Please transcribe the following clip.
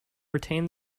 retained